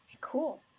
Cool